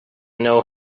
know